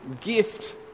gift